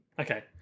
Okay